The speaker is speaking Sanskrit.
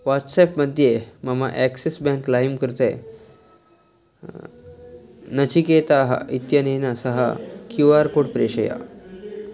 वाट्सेप् मध्ये मम एक्सिस् बेङ्क् लैं कृते नचिकेताः इत्यनेन सह क्यू आर् कोड् प्रेषय